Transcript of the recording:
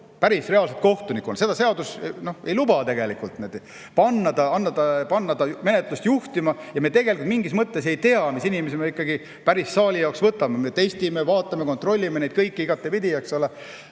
päris reaalselt, kohtunikuna proovida. Seadus ei luba panna teda menetlust juhtima ja me tegelikult mingis mõttes ei tea, mis inimesi me ikkagi päris saalitööle võtame. Me testime, vaatame, kontrollime neid kõiki igatepidi, aga